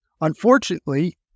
Unfortunately